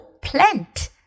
plant